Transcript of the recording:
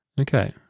Okay